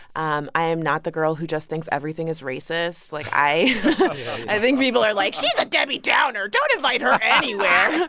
um i am not the girl who just thinks everything is racist. like, i i think people are like, she's a debbie downer. don't invite her anywhere.